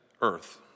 earth